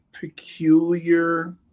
peculiar